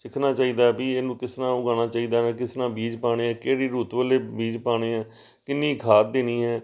ਸਿੱਖਣਾ ਚਾਹੀਦਾ ਵੀ ਇਹਨੂੰ ਕਿਸ ਤਰ੍ਹਾਂ ਉਗਾਉਣਾ ਚਾਹੀਦਾ ਵਾ ਕਿਸ ਤਰ੍ਹਾਂ ਬੀਜ ਪਾਉਣੇ ਹੈ ਕਿਹੜੀ ਰੁੱਤ ਵੇਲੇ ਬੀਜ ਪਾਉਣੇ ਹੈ ਕਿੰਨੀ ਖਾਦ ਦੇਣੀ ਹੈ